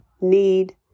need